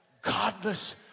godless